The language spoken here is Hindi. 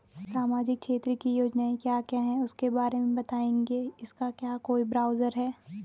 सामाजिक क्षेत्र की योजनाएँ क्या क्या हैं उसके बारे में बताएँगे इसका क्या कोई ब्राउज़र है?